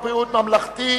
בחירות למוסדות הלשכה),